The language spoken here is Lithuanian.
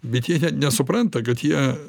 bet jie nesupranta kad jie